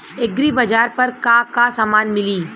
एग्रीबाजार पर का का समान मिली?